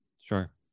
Sure